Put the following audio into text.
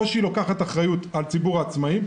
או שהיא לוקחת אחריות על ציבור העצמאים,